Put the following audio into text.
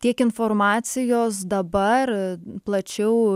tiek informacijos dabar plačiau